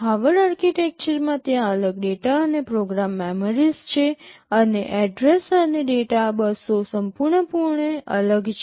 Harvard આર્કિટેક્ચરમાં ત્યાં અલગ ડેટા અને પ્રોગ્રામ મેમરીઝ છે અને એડ્રેસ અને ડેટા બસો સંપૂર્ણપણે અલગ છે